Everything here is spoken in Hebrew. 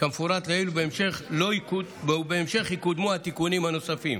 כמפורט לעיל, ובהמשך יקודמו התיקונים הנוספים.